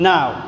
Now